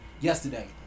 yesterday